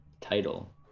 title